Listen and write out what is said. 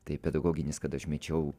tai pedagoginis kad aš mečiau